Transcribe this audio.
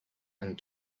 and